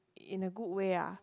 in a good way ah